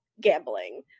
gambling